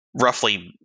roughly